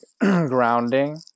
grounding